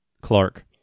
clark